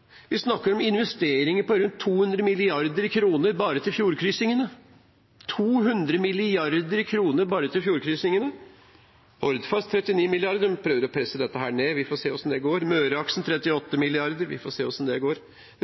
Vi snakker også om kostnader. Vi snakker om investeringer på rundt 200 mrd. kr bare til fjordkrysningene – 200 mrd. kr bare til fjordkrysningene! Hordfast, på 39 mrd. kr – de prøver å presse det ned, vi får se hvordan det går. Møreaksen, på 38 mrd. kr – vi får se hvordan det går.